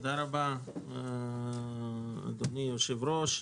תודה רבה, אדוני היושב-ראש,